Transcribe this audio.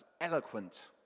eloquent